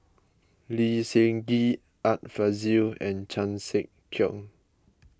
Lee Seng Gee Art Fazil and Chan Sek Keong